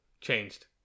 changed